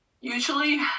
Usually